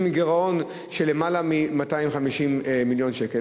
עם גירעון של למעלה מ-250 מיליון שקל.